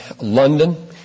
London